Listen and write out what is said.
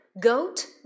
Goat